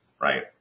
right